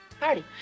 Party